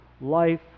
Life